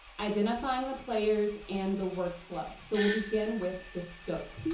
identifying the players and the workflow. so we'll begin with the scope.